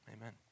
Amen